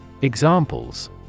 Examples